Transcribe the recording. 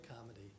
comedy